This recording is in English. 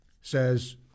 says